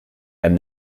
and